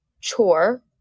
chore